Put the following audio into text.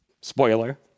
spoiler